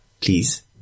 please